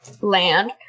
land